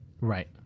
right